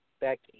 Becky